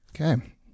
Okay